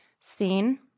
seen